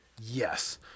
Yes